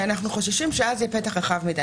כי אנחנו חוששים שאז זה יהיה פתח רחב מדי.